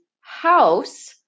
house